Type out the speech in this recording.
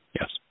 Yes